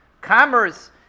commerce